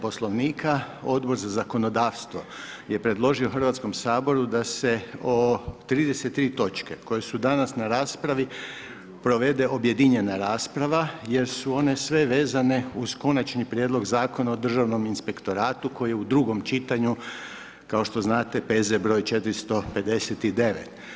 Poslovnika, Odbor za zakonodavstvo je predložio Hrvatskom saboru da se 33 točke koje su danas na raspravi, provede objedinjena rasprava jer su one sve vezane uz Konačni prijedlog Zakona o Državnom inspektoratu koji je u drugom čitanju, kao što znate P.Z. br. 459.